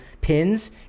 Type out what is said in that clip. pins